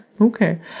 okay